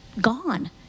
gone